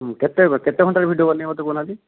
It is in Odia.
କେତେ କେତେ ଘଣ୍ଟା ଭିତରେ ଭିଡ଼ିଓ ବନିବ ମୋତେ କହୁନାହାନ୍ତି